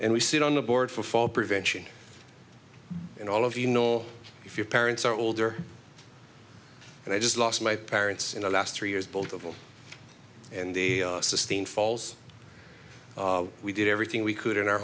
and we sit on the board for fall prevention and all of you know if your parents are older and i just lost my parents in the last three years both of them and they sustained falls we did everything we could in our